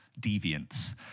deviants